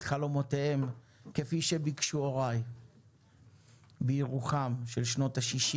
את חלומותיהם כפי שביקשו הוריי בירוחם של שנות ה-60'